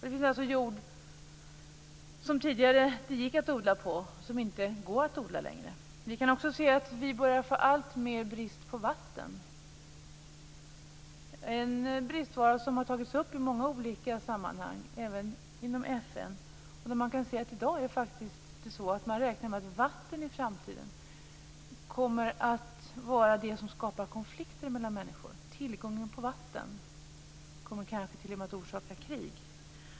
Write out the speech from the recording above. Det finns alltså jord som det tidigare gick att odla på, men som det inte går på längre. Vi börjar också få en allt större brist på vatten. Det är en bristvara som har tagits upp i många olika sammanhang, även inom FN. I dag räknar man med att vatten kommer att vara det som skapar konflikter mellan människor i framtiden. Tillgången på vatten kommer kanske t.o.m. att orsaka krig.